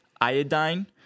iodine